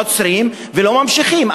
עוצרים ולא ממשיכים.